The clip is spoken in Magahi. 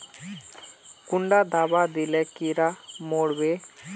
कुंडा दाबा दिले कीड़ा मोर बे?